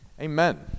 Amen